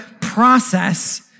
process